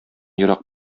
ерак